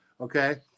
Okay